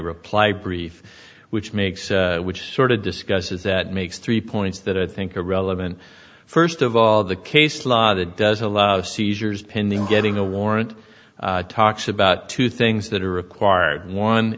reply brief which makes which sort of discusses that makes three points that i think are relevant first of all the case law that does allow seizures pending getting a warrant talks about two things that are required one